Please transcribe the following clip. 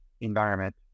environment